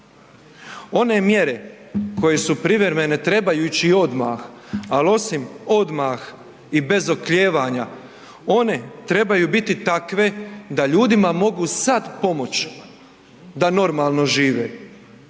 One mjere koje su privremene trebaju ići odmah, ali osim odmah i bez oklijevanja one trebaju biti takve da ljudima mogu sad pomoć da normalno žive,